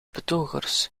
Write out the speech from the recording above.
betogers